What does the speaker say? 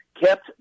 kept